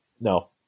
No